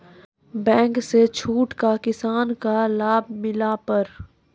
Bank से छूट का किसान का लाभ मिला पर?